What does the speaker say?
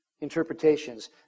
interpretations